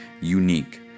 unique